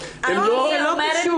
זה לא קשור.